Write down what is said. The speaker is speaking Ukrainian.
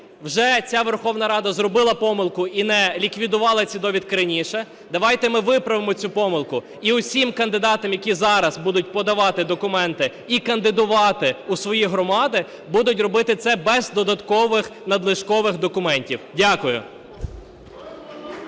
вже ця Верховна Рада зробила помилку і не ліквідувала ці довідки раніше. Давайте ми виправимо цю помилку і усі кандидати, які зараз будуть подавати документи і кандидувати у свої громади, будуть робити це без додаткових надлишкових документів. Дякую.